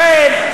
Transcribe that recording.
לכן,